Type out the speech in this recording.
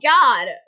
God